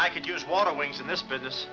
i could use water wings in this business